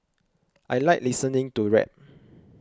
I like listening to rap